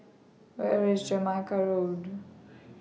Where IS Jamaica Road